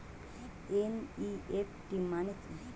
NEFT মানে কি?